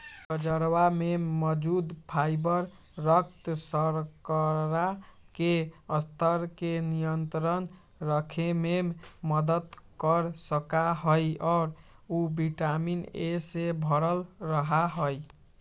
गजरवा में मौजूद फाइबर रक्त शर्करा के स्तर के नियंत्रण रखे में मदद कर सका हई और उ विटामिन ए से भरल रहा हई